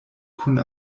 kun